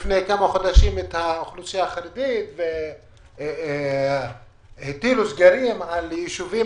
לפני כמה חודשים את האוכלוסייה החרדית והטילו סגרים על ישובים,